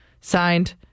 signed